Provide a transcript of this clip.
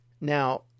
now